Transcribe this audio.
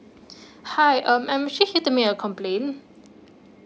hi um I'm actually here to make a complaint